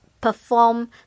perform